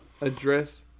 address